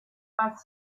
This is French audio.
pas